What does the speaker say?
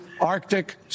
Arctic